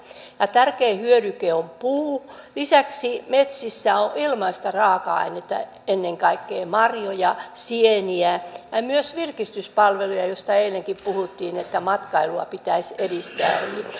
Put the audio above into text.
ja tärkein hyödyke on puu lisäksi metsissä on ilmaista raaka ainetta ennen kaikkea marjoja sieniä ja myös virkistyspalveluja joista eilenkin puhuttiin että matkailua pitäisi edistää